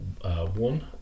one